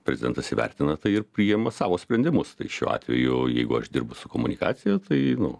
prezidentas įvertina tai ir priima savo sprendimus tai šiuo atveju jeigu aš dirbu su komunikacija tai nu